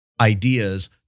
ideas